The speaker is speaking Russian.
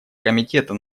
комитета